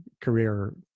career